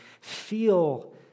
feel